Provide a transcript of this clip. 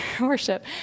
worship